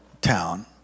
town